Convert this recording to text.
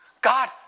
God